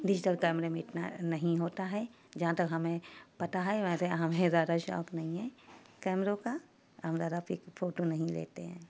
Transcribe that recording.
digital کیمرے میں اتنا نہیں ہوتا ہے جہاں تک ہمیں پتہ ہے ویسے ہمیں زیادہ شوق نہیں ہے کیمروں کا ہم زیادہ پک فوٹو نہیں لیتے ہیں